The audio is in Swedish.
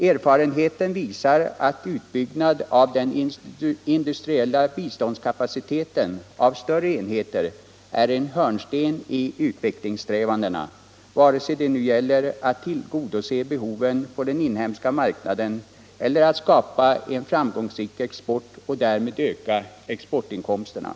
Erfarenheten visar att utbyggnad av den industriella biståndskapaciteten, av större enheter, är en hörnsten i utvecklingssträvandena, vare sig det nu gäller att tillgodose behoven på den inhemska marknaden eller att skapa en framgångsrik export och därmed öka exportinkomsterna.